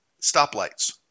stoplights